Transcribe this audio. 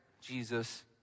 Jesus